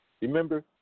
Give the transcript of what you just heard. Remember